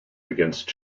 against